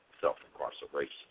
self-incarceration